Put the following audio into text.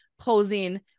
posing